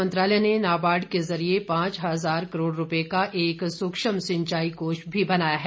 मंत्रालय ने नाबार्ड के जरिए पांच हजार करोड़ रूपये का एक सूक्ष्म सिंचाई कोष भी बनाया है